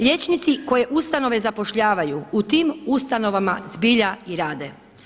Liječnici koje ustanove zapošljavaju u tim ustanovama zbilja i rade.